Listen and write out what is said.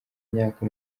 myaka